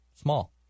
small